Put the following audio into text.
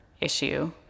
issue